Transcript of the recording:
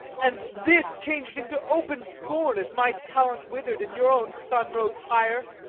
and this changed into open scorn as my talent withered and your own sun rose higher.